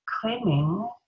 Claiming